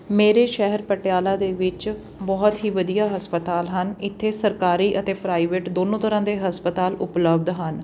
ਮੇਰੇ ਸ਼ਹਿਰ ਪਟਿਆਲਾ ਦੇ ਵਿੱਚ ਬਹੁਤ ਹੀ ਵਧੀਆ ਹਸਪਤਾਲ ਹਨ ਇੱਥੇ ਸਰਕਾਰੀ ਅਤੇ ਪ੍ਰਾਈਵੇਟ ਦੋਨੋਂ ਤਰ੍ਹਾਂ ਦੇ ਹਸਪਤਾਲ ਉਪਲੱਬਧ ਹਨ